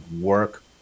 work